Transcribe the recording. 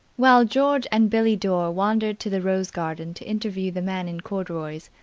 while george and billie dore wandered to the rose garden to interview the man in corduroys,